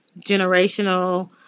generational